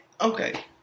Okay